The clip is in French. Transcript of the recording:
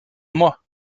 moi